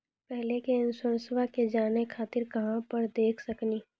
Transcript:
पहले के इंश्योरेंसबा के जाने खातिर कहां पर देख सकनी?